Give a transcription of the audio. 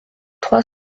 trois